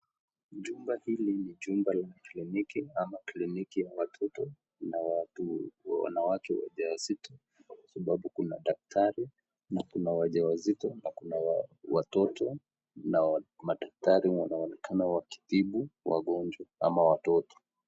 Chumba hili ni chumba cha kliniki au kliniki cha watoto na watu wanawake wajawazito sababu kuna daktari na kuna wajawazito na kuna watoto na madaktari wanaonekana wakitibu wagonjwa ama watoto.